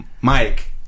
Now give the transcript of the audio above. mike